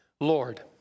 Lord